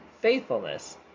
faithfulness